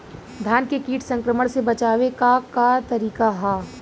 धान के कीट संक्रमण से बचावे क का तरीका ह?